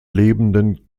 lebenden